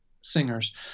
singers